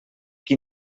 qui